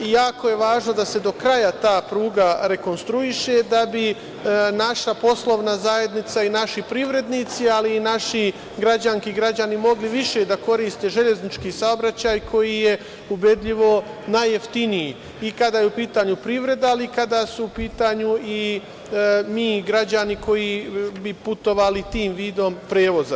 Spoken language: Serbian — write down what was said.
Jako je važno da se do kraja ta pruga rekonstruiše da bi naša poslovna zajednica i naši privrednici, ali i naši građani i građanke mogli više da koriste železnički saobraćaj koji je ubedljivo najjeftiniji i kada je u pitanju privreda, ali i kada smo u pitanju mi građani koji bi putovali tim vidom prevoza.